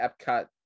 epcot